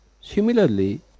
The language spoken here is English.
Similarly